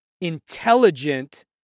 intelligent